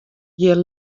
hjir